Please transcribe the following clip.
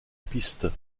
piste